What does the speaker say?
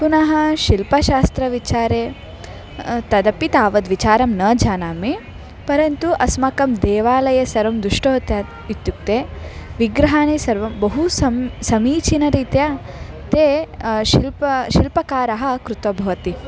पुनः शिल्पशास्त्रविचारे तदपि तावद् विचारं न जानामि परन्तु अस्माकं देवालये सर्वं दुष्टवती इत्युक्ते विग्रहाणि सर्वं बहु सम् समीचीनरीत्या ते शिल्पं शिल्पकारः कृत्वा भवन्ति